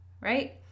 Right